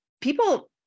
people